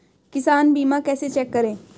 किसान बीमा कैसे चेक करें?